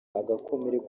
agakomereka